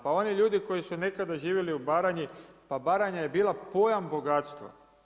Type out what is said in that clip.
Pa oni ljudi koji su nekada živjeli u Baranji pa Baranja je bila pojam bogatstva.